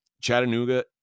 chattanooga